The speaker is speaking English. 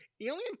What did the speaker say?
alien